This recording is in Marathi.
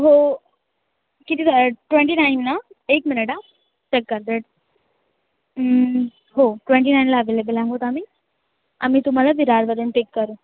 हो किती ट्वेंटी नाईन ना एक मिनिट हां चेक करते हो ट्वेंटी नाईनला अव्हेलेबल आहोत आम्ही आम्ही तुम्हाला विरारवरून पिक करू